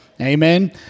Amen